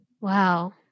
Wow